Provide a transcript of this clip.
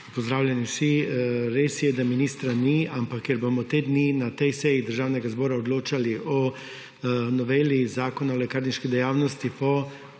Pozdravljeni vsi! Res je, da ministra ni, ampak ker bomo te dni na tej seji Državnega zbora odločali o noveli Zakona o lekarniški dejavnosti